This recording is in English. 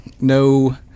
no